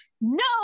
No